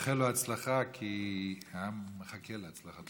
נאחל לו הצלחה, כי העם מחכה להצלחתו.